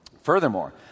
Furthermore